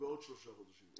בעוד שלושה חודשים,